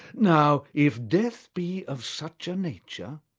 now if death be of such a nature,